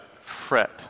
fret